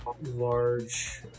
large